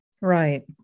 right